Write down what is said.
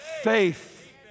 Faith